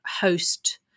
host